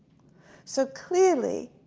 so, clearly,